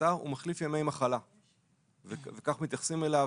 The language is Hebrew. התט"ר מחליף ימי מחלה וכך מתייחסים אליו.